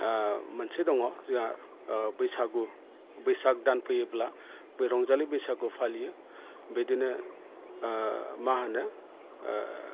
मोनसे दङ जोंहा बैसागु बैसाग दान फैयोब्ला बे रंजालि बैसागु फालियो बिदिनो मा होनो